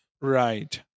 Right